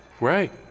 Right